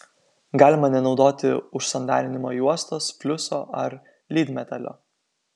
galima nenaudoti užsandarinimo juostos fliuso ar lydmetalio